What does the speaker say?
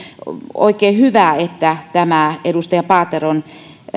oikein hyvä että tämä edustaja paateron